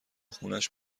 خونش